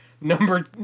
Number